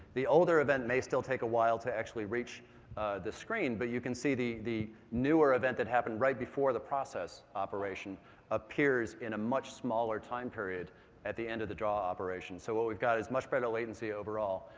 the older event may still take awhile to actually reach the screen, but you can see the the newer event that happened right before the process operation appears in a much smaller time period at the end of the draw operation. so what we've got is much better latency overall.